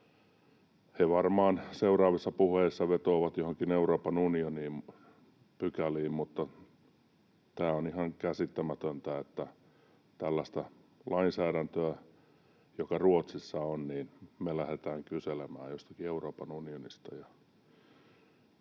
He varmaan seuraavissa puheissa vetoavat joihinkin Euroopan unionin pykäliin, mutta tämä on ihan käsittämätöntä, että tällaista lainsäädäntöä, joka Ruotsissa on, me lähdetään kyselemään jostakin Euroopan unionista.